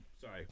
sorry